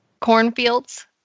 cornfields